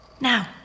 Now